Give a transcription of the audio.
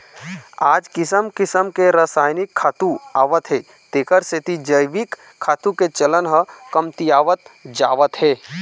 आज किसम किसम के रसायनिक खातू आवत हे तेखर सेती जइविक खातू के चलन ह कमतियावत जावत हे